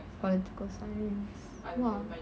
political science !wah!